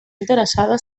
interessada